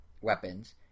weapons